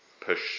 push